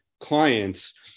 clients